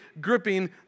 gripping